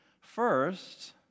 first